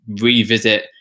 revisit